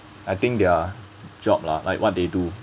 I think their job lah like what they do